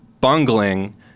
bungling